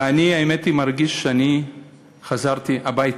ואני, האמת היא, מרגיש שאני חזרתי הביתה.